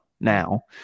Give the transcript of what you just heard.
now